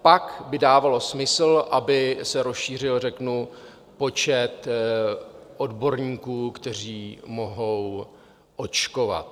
Pak by dávalo smysl, aby se rozšířil řeknu počet odborníků, kteří mohou očkovat.